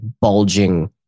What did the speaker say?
bulging